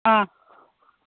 ꯑꯥ